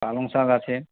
পালং শাক আছে